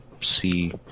see